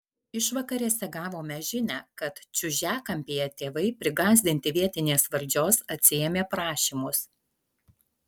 išvakarėse gavome žinią kad čiužiakampyje tėvai prigąsdinti vietinės valdžios atsiėmė prašymus